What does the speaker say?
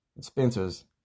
Spencer's